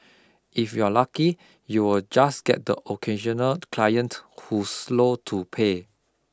if you're lucky you'll just get the occasional client who's slow to pay